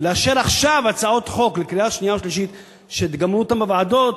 לאשר עכשיו הצעות חוק לקריאה שנייה ושלישית שגמרו אותן בוועדות,